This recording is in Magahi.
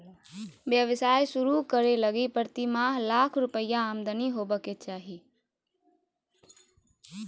व्यवसाय शुरू करे लगी प्रतिमाह लाख रुपया आमदनी होबो के चाही